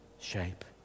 shape